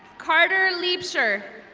carter leecher.